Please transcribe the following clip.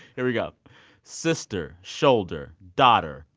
here we go sister, shoulder, daughter,